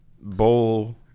bowl